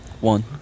one